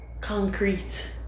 concrete